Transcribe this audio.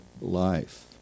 life